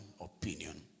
opinion